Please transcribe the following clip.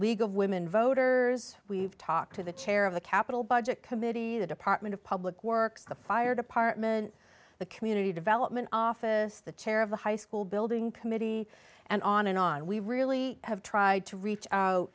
of women voters we've talked to the chair of the capital budget committee the department of public works the fire department the community development office the chair of the high school building committee and on and on we really have tried to reach out